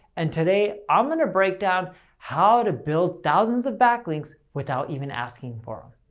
and today, i'm going to breakdown how to build thousands of backlinks without even asking for